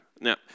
Now